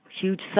huge